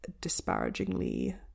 disparagingly